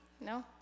No